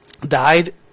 died